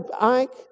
Ike